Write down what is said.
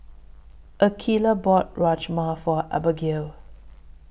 Akeelah bought Rajma For Abagail